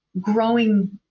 growing